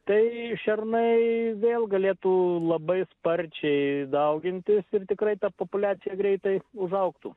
tai šernai vėl galėtų labai sparčiai daugintis ir tikrai ta populiacija greitai užaugtų